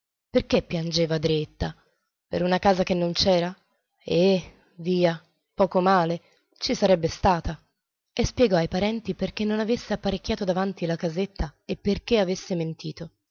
perché piangeva dreetta per una casa che non c'era eh via poco male ci sarebbe stata e spiegò ai parenti perché non avesse apparecchiato avanti la casetta e perché avesse mentito